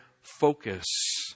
focus